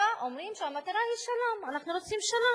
אומרים שהמטרה היא שלום, אנחנו רוצים שלום.